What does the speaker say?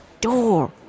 door